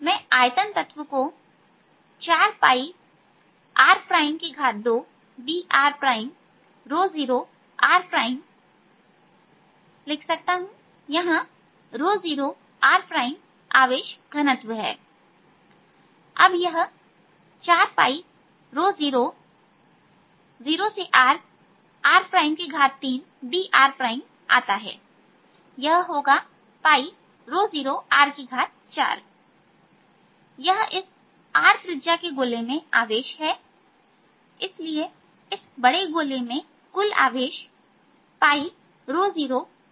मैं आयतन तत्व को 4r2 dr0rलिख सकता हूं यहां 0r आवेश घनत्व है अब यह 400r r3 drआता है यह होगा πρ0R4यह इस r त्रिज्याके गोले में आवेश है इसलिए इस बड़े गोले में कुल आवेश πρ0R4होगा